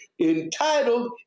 entitled